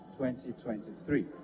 2023